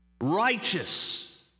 righteous